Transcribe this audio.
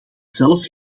zelf